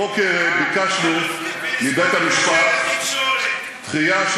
הבוקר ביקשנו מבית-המשפט דחייה,